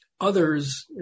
others